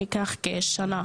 ייקח כשנה,